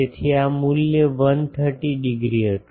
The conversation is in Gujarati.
તેથી આ મૂલ્ય 130 ડિગ્રી હતું